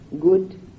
good